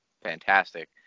fantastic